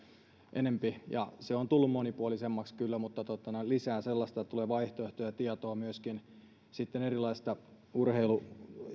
enempi se on tullut monipuolisemmaksi kyllä mutta lisää sellaista että tulee vaihtoehtoja ja tietoa sitten myöskin erilaisista urheilu